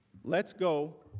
let's go